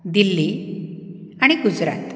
दिल्ली आनी गुजरात